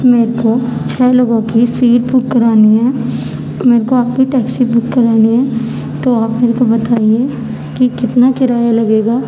میرے کو چھ لوگوں کی سیٹ بک کرانی ہے میرے کو آپ کی ٹیکسی بک کرانی ہے تو آپ میرے کو بتائیے کہ کتنا کرایہ لگے گا